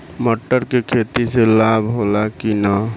मटर के खेती से लाभ होला कि न?